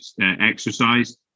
exercise